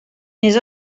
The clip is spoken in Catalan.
més